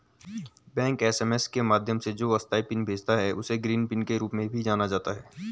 bank SMS के माध्यम से जो अस्थायी पिन भेजता है, उसे ग्रीन पिन के रूप में भी जाना जाता है